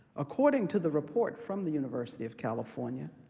according to the report from the university of california,